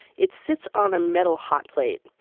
it sits on a metal hot plate.